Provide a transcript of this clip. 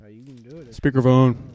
Speakerphone